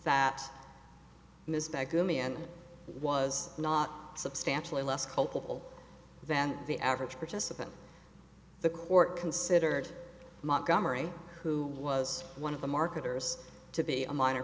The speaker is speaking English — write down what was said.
and was not substantially less culpable than the average participant the court considered montgomery who was one of the marketers to be a minor